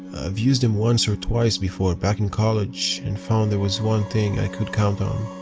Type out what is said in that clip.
i've used them once or twice before back in college and found there was one thing i could count on,